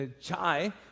chai